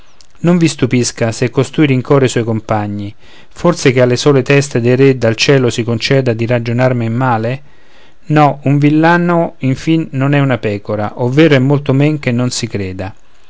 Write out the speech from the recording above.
non vi stupisca se costui rincora i suoi compagni forse che alle sole teste dei re dal cielo si conceda di ragionar men male no un villano infin non è una pecora ovvero è molto men che non si creda